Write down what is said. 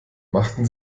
machten